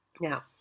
Now